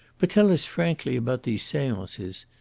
but tell us frankly about these seances.